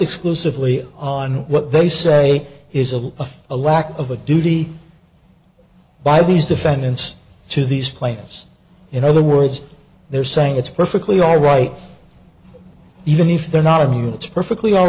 exclusively on what they say is a a lack of a duty by these defendants to these plaintiffs in other words they're saying it's perfectly all right even if they're not of me and it's perfectly all